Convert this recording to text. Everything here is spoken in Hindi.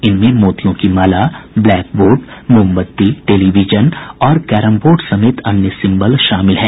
इनमें मोतियों की माला ब्लैक बोर्ड मोमबत्ती टेलीविजन और कैरमबोर्ड समेत अन्य सिम्बल शामिल है